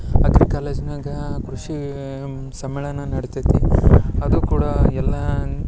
agri ಕಾಲೇಜ್ನಾಗ ಕೃಷಿ ಸಮ್ಮೇಳನ ನಡಿತೈತಿ ಅದು ಕೂಡ ಎಲ್ಲ